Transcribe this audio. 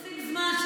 תוסיף זמן,